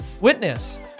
witness